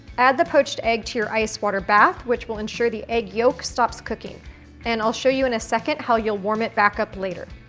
add the poached egg to your ice water bath which will ensure the egg yolk stops cooking and i'll show you in a second how you'll warm it back up later.